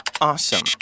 awesome